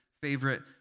favorite